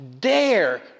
dare